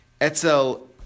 Etzel